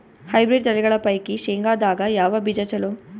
Hybrid ತಳಿಗಳ ಪೈಕಿ ಶೇಂಗದಾಗ ಯಾವ ಬೀಜ ಚಲೋ?